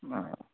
হ্যাঁ